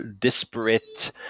disparate